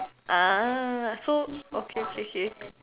ah so okay okay okay